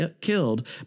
killed